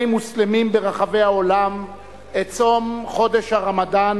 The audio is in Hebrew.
מוסלמים ברחבי העולם את צום חודש הרמדאן,